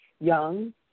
young